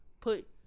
put